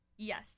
Yes